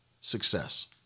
success